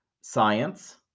science